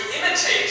imitate